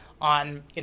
on